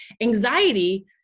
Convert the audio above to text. Anxiety